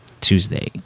Tuesday